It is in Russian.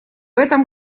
этом